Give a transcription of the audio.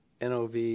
Nov